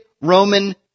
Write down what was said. Roman